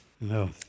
no